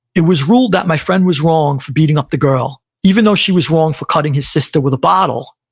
it was ruled that my friend was wrong for beating up the girl, even though she was wrong for cutting his sister with a bottle.